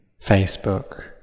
Facebook